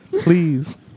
Please